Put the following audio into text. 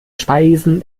speisen